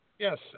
Yes